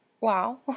wow